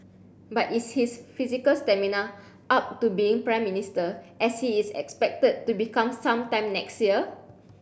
but is his physical stamina up to being Prime Minister as he is expected to become some time next year